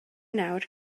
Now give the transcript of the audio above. nawr